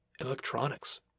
electronics